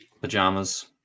Pajamas